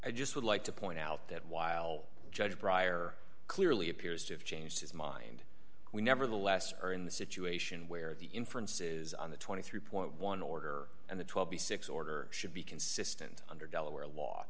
i just would like to point out that while judge bryer clearly appears to have changed his mind we nevertheless are in the situation where the inferences on the twenty three point one order and the twelve b six order should be consistent under delaware law